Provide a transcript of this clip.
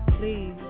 please